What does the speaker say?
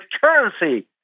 currency